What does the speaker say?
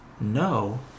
No